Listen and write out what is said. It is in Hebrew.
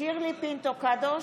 שירלי פינטו קדוש,